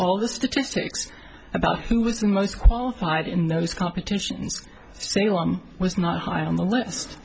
all the statistics about who was the most qualified in those competitions say one was not high on the list